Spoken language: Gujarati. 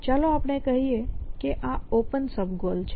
ચાલો આપણે કહીએ કે આ ઓપન સબગોલ છે